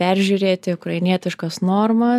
peržiūrėti ukrainietiškas normas